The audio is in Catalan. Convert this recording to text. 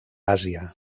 àsia